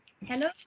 Hello